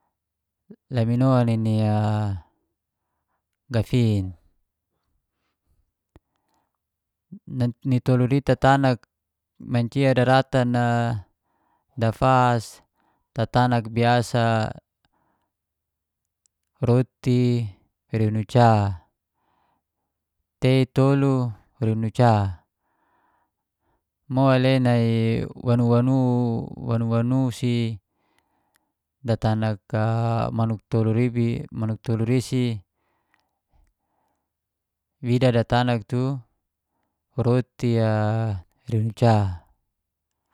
Lamino nini gafin, tatolu i tatanan mancia daratan dafas tatanak biasa, roti riun uca. Tei tolu riun uca, mole nai wanu-wanu wanu-wanu si datanak manuk tolur isi wida datanak tu roti riun uca